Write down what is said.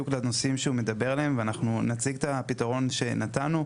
לנושאים שהוא מדבר עליהם ואנחנו נציג את הפתרון שנתנו.